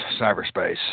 cyberspace